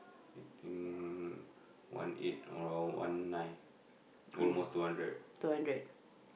I think one eight around one nine almost two hundred